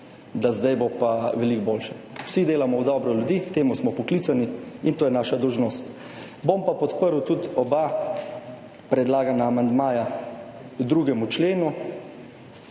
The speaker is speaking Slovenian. da zdaj bo pa veliko boljše. Vsi delamo v dobro ljudi, k temu smo poklicani in to je naša dolžnost. Bom pa podprl tudi oba predlagana amandmaja k 2. členu.